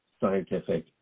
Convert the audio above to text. scientific